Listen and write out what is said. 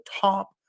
top